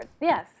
yes